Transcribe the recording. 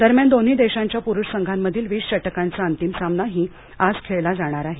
दरम्यान दोन्ही देशांच्या प्रुष संघांमधील वीस षटकांचा अंतिम सामनाही आज खेळला जाणार आहे